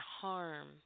harm